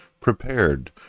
prepared